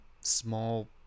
small